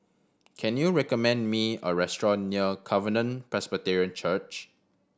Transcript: can you recommend me a restaurant near Covenant Presbyterian Church